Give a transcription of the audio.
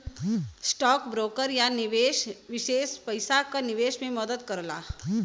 stock broker या निवेश विषेसज्ञ पइसा क निवेश में मदद करला